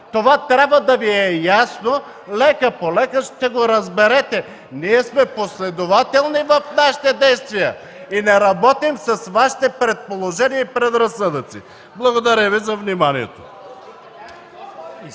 Това трябва да Ви е ясно – лека-полека ще го разберете. Ние сме последователни в нашите действия и не работим с Вашите предположения и предразсъдъци. Благодаря Ви за вниманието.